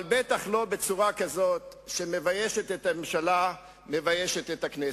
אבל לא בצורה שמביישת את הממשלה ומביישת את הכנסת.